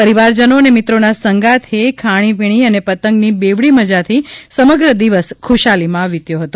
પરિવારજનો અને મિત્રોના સંગાથે ખાણીપીણી અને પતંગની બેવડી મજાથી સમગ્ર દિવસ ખુશાલીમાં વીત્યો હતો